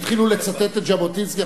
התחילו לצטט את ז'בוטינסקי,